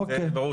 זה ברור.